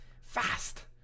Fast